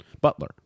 Butler